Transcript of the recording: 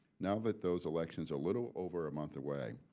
now that those elections are a little over a month away,